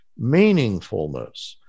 meaningfulness